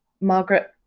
Margaret